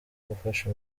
gufasha